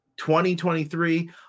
2023